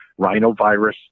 rhinovirus